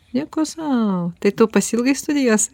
nieko sau tai tu pasiilgai studijos